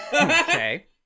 Okay